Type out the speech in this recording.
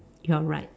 you are right